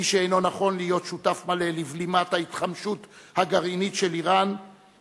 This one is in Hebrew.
מי שאינו נכון להיות שותף מלא לבלימת ההתחמשות הגרעינית של אירן,